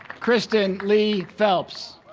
kristen leigh phelps